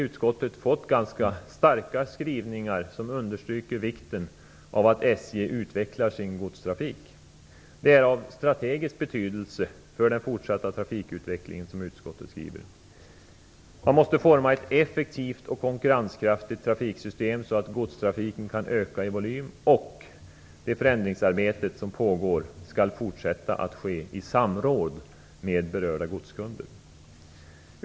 Utskottet har i starka skrivningar understrukit vikten av att SJ utvecklar sin godstrafik. Det är av strategisk betydelse för den fortsatta trafikutvecklingen, som utskottet skriver. Man måste forma ett effektivt och konkurrenskraftigt trafiksystem så att godstrafiken kan öka i volym. Det förändringsarbete som pågår skall fortsätta att ske i samråd med berörda godskunder.